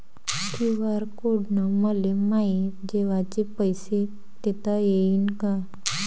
QR code न मले माये जेवाचे पैसे देता येईन का?